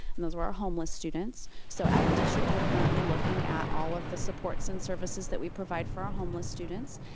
and those were homeless students. so as a district we're currently looking at all of the supports and services that we provide for our homeless students,